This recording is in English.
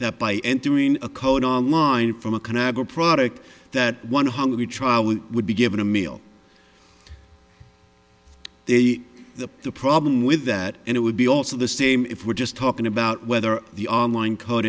that by entering a code online from a canal boat product that one hungry trial we would be given a meal the the the problem with that and it would be also the same if we're just talking about whether the on line code